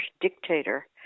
dictator